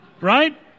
Right